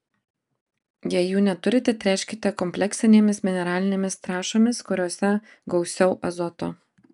jei jų neturite tręškite kompleksinėmis mineralinėmis trąšomis kuriose gausiau azoto